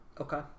Okay